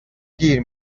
دیر